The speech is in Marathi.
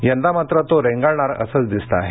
यंदा मात्र तो रेंगाळणार असंच दिसतं आहे